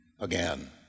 Again